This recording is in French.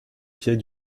pied